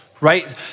right